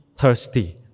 Thirsty